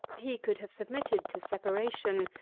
he could have submitted to separation,